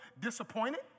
disappointed